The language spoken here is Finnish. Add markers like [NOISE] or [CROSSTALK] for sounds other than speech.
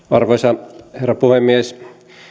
[UNINTELLIGIBLE] arvoisa herra puhemies